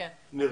נראה.